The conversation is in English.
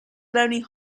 lonely